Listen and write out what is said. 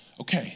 Okay